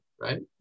right